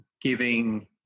giving